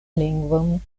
lingvon